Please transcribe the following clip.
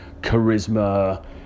charisma